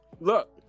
Look